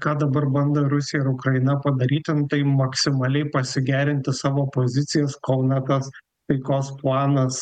ką dabar bando rusija ir ukraina padaryti nu tai maksimaliai pasigerinti savo pozicijas kol ne tas taikos planas